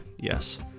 Yes